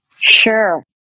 Sure